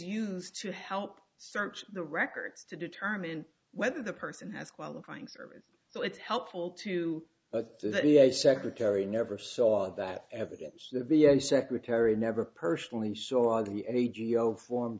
used to help search the records to determine whether the person has a qualifying service so it's helpful to but secretary never saw that evidence the v a secretary never personally saw the agio form